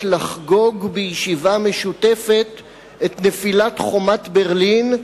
לחגוג בישיבה משותפת את נפילת חומת ברלין,